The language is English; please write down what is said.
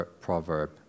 proverb